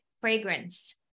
fragrance